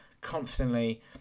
constantly